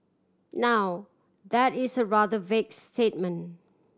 now that is a rather vague statement